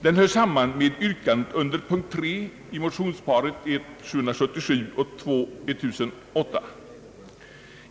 Den hör samman med yrkandet under punkt 3 i motionsparet I: 777 och II: 1008.